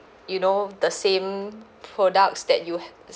you know the same products that you